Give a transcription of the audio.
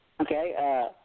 Okay